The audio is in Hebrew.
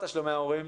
על תשלומי הורים,